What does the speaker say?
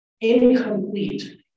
incomplete